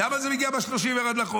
למה זה מגיע ב-31 בחודש?